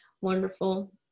Wonderful